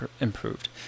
improved